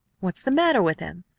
what's the matter with him?